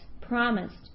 promised